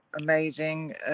amazing